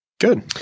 Good